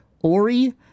Ori